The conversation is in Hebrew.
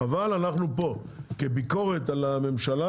אבל, אנחנו פה כביקורת על הממשלה.